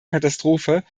katastrophe